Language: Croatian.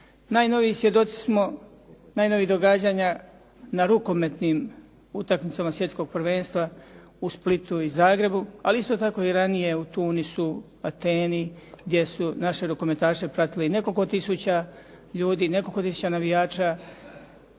Najnoviji svjedoci smo, najnovijih događanja na rukometnim utakmicama svjetskog prvenstva u Splitu i Zagrebu, ali isto tako i ranije u Tunisu, u Ateni gdje su naše rukometaše pratili i nekoliko tisuća ljudi, nekoliko tisuća navijača